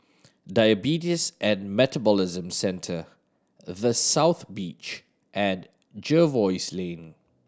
Diabetes and Metabolism Centre The South Beach and Jervois Lane